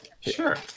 Sure